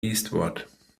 eastward